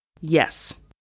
Yes